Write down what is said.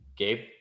Gabe